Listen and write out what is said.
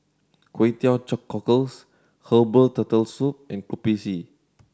Kway Teow Cockles herbal Turtle Soup and Kopi C